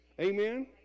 amen